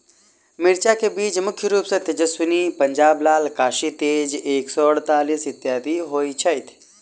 मिर्चा केँ बीज मुख्य रूप सँ तेजस्वनी, पंजाब लाल, काशी तेज एक सै अड़तालीस, इत्यादि होए छैथ?